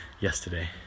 yesterday